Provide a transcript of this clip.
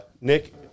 Nick